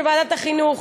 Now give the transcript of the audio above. בוועדת החינוך.